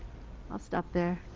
i'll stop there.